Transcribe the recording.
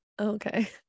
okay